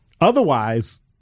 Otherwise